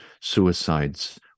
suicides